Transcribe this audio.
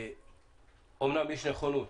אמנם יש נכונות